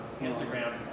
Instagram